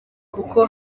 kuko